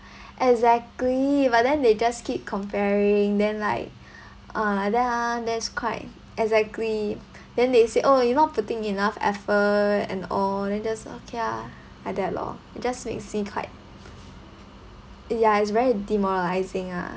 exactly but then they just keep comparing then like uh then uh there's quite exactly then they say oh you're not putting enough effort and all then just okay ah like that loh just makes me cried ya it's very demoralising ah